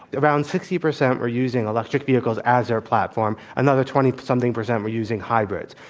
around sixty percent were using electric vehicles as their platform, another twenty something percent were using hybrids.